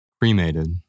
cremated